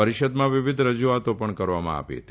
પરીષદમાં વિવિધ રજુઆતો પણ કરવામાં આવી હતી